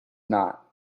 not